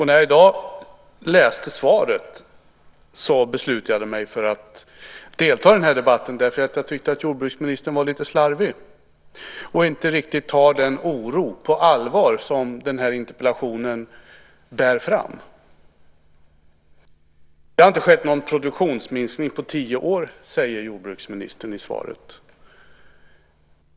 När jag i dag läste svaret beslutade jag mig för att delta i den här debatten därför att jag tyckte att jordbruksministern var lite slarvig och inte riktigt tar den oro på allvar som framkommer i den här interpellationen. Det har inte skett någon produktionsminskning på tio år, säger jordbruksministern i svaret.